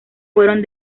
fueron